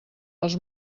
els